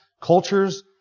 cultures